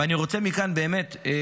ואני רוצה מכאן לברך